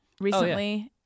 recently